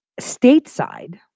stateside